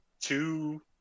two